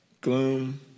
gloom